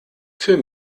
für